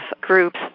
groups